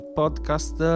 podcast